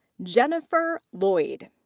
jennifer loyd.